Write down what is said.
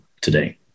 today